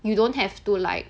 you don't have to like